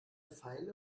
feile